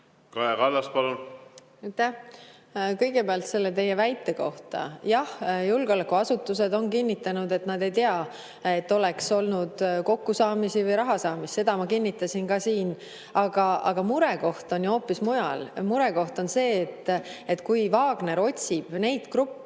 Kaja Kallas, palun! Aitäh! Kõigepealt selle teie väite kohta. Jah, julgeolekuasutused on kinnitanud, et nad ei tea, et oleks olnud kokkusaamisi või rahasaamist. Seda ma kinnitasin ka siin. Aga murekoht on ju hoopis mujal. Murekoht on see, et kui Wagner otsib neid gruppe,